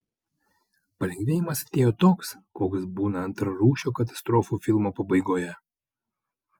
palengvėjimas atėjo toks koks būna antrarūšio katastrofų filmo pabaigoje